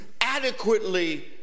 adequately